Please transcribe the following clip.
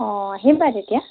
অ আহিবা তেতিয়া